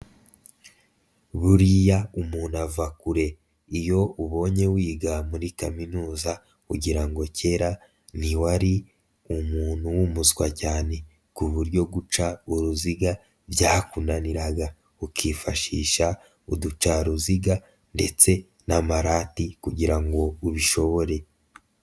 Buriya umuntu ava kure, iyo ubonye wiga muri kaminuza ugirango ngo kera ntiwari umuntu wumuswa cyane ku buryo guca uruziga byakunaniraga ukifashisha uducaruziga ndetse n'amarati kugirango ubishobore,